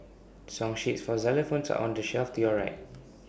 song sheets for xylophones are on the shelf to your right